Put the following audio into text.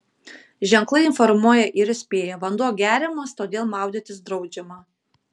ženklai informuoja ir įspėja vanduo geriamas todėl maudytis draudžiama